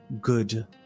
good